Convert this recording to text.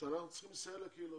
שאנחנו צריכים לסייע לקהילות.